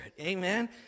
Amen